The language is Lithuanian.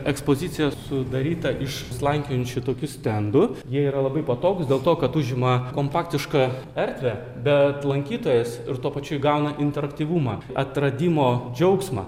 ekspozicija sudaryta iš slankiojančių tokių stendų jie yra labai patogūs dėl to kad užima kompaktišką erdvę bet lankytojas ir tuo pačiu įgauna interaktyvumą atradimo džiaugsmą